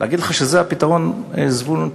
להגיד לך שזה הפתרון, זבולון?